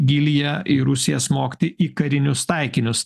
gylyje į rusiją smogti į karinius taikinius